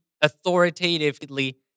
authoritatively